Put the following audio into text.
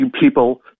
people